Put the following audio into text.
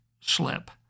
slip